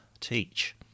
teach